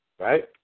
Right